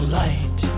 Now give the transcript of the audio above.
light